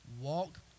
Walk